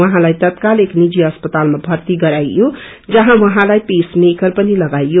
उहाँलाई तत्काल एक नीजि अस्पतालमा भर्ती गराईयो जहाँ उहाँलाई पेस मेकर पनि लगाइयो